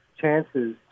chances